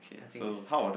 I think is